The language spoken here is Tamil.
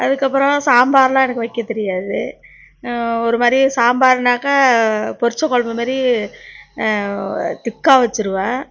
அதுக்கு அப்புறம் சாம்பாரெலாம் எனக்கு வைக்க தெரியாது ஒரு மாதிரி சாம்பார்னாக்கா பொரிச்ச குழம்பு மாதிரி திக்காக வச்சுருவேன்